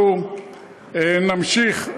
אנחנו נמשיך,